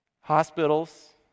Hospitals